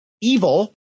evil